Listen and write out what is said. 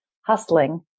hustling